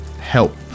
help